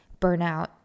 burnout